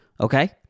okay